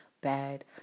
bad